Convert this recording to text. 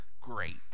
great